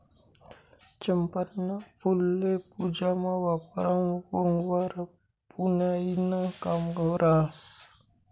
चंपाना फुल्ये पूजामा वापरावंवर पुन्याईनं काम रहास